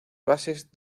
bases